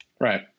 Right